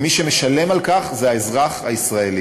ומי שמשלם על כך זה האזרח הישראלי.